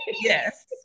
yes